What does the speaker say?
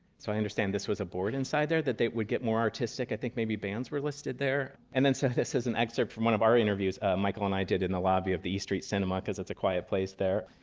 so i understand this was a board inside there, that they would get more artistic. i think maybe bands were listed there. and then so this is an excerpt from one of our interviews michael and i did in the lobby of the e street cinema, because it's a quiet place there.